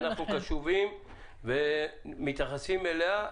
ואנחנו קשובים ומתייחסים אליה.